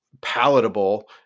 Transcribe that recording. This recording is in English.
palatable